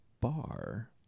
bar